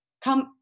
come